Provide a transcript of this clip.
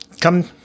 come